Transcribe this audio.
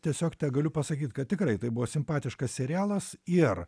tiesiog tegaliu pasakyt kad tikrai tai buvo simpatiškas serialas ir